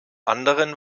anderen